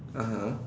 (uh huh)